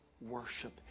worship